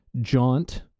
jaunt